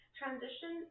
transition